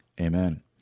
amen